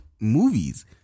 movies